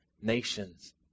nations